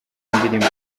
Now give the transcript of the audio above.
indirimbo